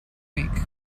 week